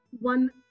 one